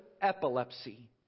epilepsy